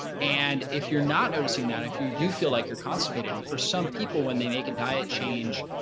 and if you're not noticing that if you do feel like you're constipated, and for some people, when they make diet change.